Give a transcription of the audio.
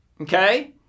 Okay